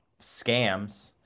scams